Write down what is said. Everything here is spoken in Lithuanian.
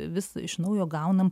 vis iš naujo gaunam